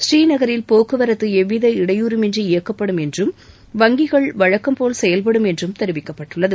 ஸ்ரீநகரில் போக்குவரத்து எவ்வித இடையூறுமின்றி இயக்கப்படும் என்றும் வங்கிகள் வழக்கம் போல் செயல்படும் என்றும் தெரிவிக்கப்பட்டுள்ளது